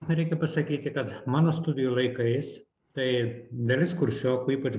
reikia pasakyti kad mano studijų laikais tai dalis kursiokų ypač